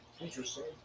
Interesting